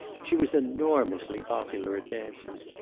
she was enormously popular at dances.